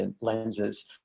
lenses